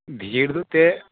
ᱵᱷᱤᱲ ᱛᱮ